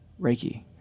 Reiki